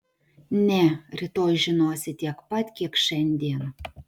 ne rytoj žinosi tiek pat kiek šiandien